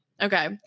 Okay